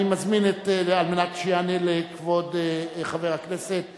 אני מזמין על מנת שיענה לכבוד חבר הכנסת שיח'